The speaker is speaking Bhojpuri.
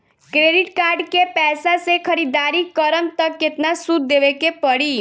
क्रेडिट कार्ड के पैसा से ख़रीदारी करम त केतना सूद देवे के पड़ी?